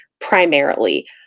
primarily